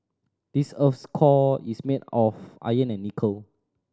this earth's core is made of iron and nickel